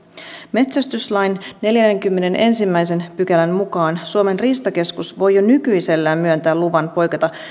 metsästyslain neljännenkymmenennenensimmäisen pykälän mukaan suomen riistakeskus voi jo nykyisellään myöntää luvan poiketa